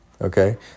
okay